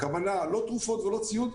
כלומר לא תרופות ולא ציוד,